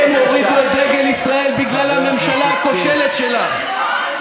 הן הורידו את דגל ישראל בגלל הממשלה הכושלת שלך.